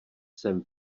jsem